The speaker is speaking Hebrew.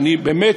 ואני באמת